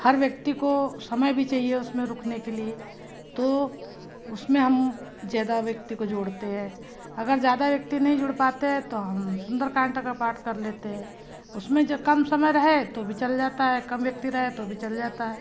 हर व्यक्ति को समय भी चाहिए उसमें रुकने के लिए तो उसमें हम ज़्यादा व्यक्ति को जोड़ते है अगर ज़्यादा व्यक्ति नहीं जुड़ पाते है तो हम सुंदर कांड तक का पाठ कर लेते हैं उसमें जब कम समय रहे तो भी चल जाता है कम व्यक्ति रहे तो भी चल जाता है